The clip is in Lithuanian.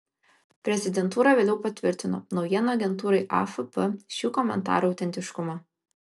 prezidentūra vėliau patvirtino naujienų agentūrai afp šių komentarų autentiškumą